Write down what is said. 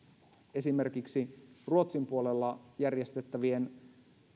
esimerkiksi ruotsin puolella järjestettävien